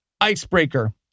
icebreaker